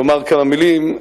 לומר כמה מלים,